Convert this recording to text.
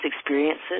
experiences